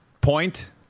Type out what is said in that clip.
point